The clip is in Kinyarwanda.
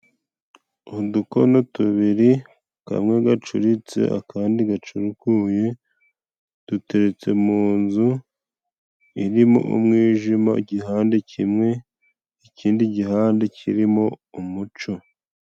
Udukono tubiri kamwe gacuritse akandi gacurukuye; duteretse mu nzu irimo umwijima, igihande kimwe ikindi gihande kirimo umuco.